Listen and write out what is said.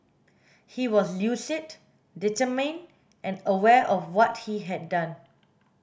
he was lucid determined and aware of what he had done